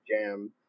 jam